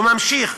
הוא ממשיך: